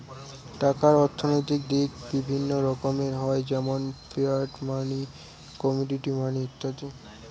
টাকার অর্থনৈতিক দিক বিভিন্ন রকমের হয় যেমন ফিয়াট মানি, কমোডিটি মানি ইত্যাদি